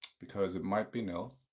because it might be null.